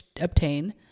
obtain